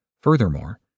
Furthermore